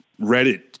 Reddit